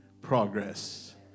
progress